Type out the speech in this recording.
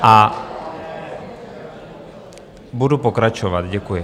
A budu pokračovat, děkuji.